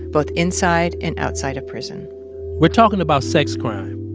both inside and outside of prison we're talking about sex crime.